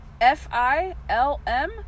F-I-L-M